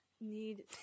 need